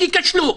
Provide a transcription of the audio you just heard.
ייכשלו,